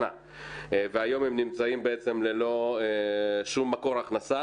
היום הם נמצאים בעצם ללא שום מקור הכנסה.